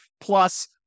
plus